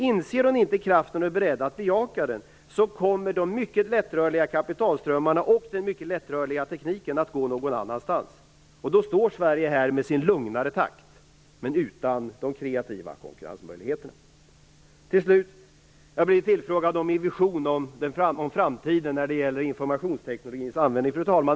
Inser hon inte den kraften och är hon inte beredd att bejaka den, kommer de mycket lättrörliga kapitalströmmarna och den mycket lättrörliga tekniken att gå någon annanstans, och då står Sverige där med sin lugnare takt men utan de kreativa konkurrensmöjligheterna. Jag har till slut blivit tillfrågad om min vision om framtiden när det gäller informationsteknikens användning. Fru talman!